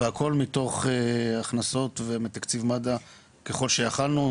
והכל מתוך הכנסות ומתקציב מד"א ככל שיכולנו,